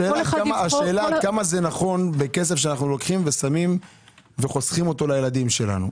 השאלה עד כמה זה נכון בכסף שאנו לוקחים ושמים וחוסכים אותו לילדם שלנו.